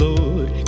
Lord